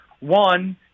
One